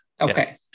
Okay